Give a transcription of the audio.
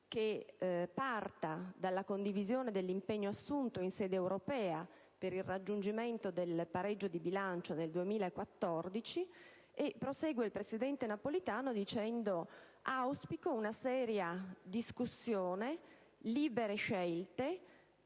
che parta dalla condivisione dell'impegno assunto in sede europea per il raggiungimento del pareggio di bilancio nel 2014. Il presidente Napolitano prosegue dicendo di auspicare una seria discussione, libere scelte